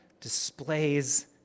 displays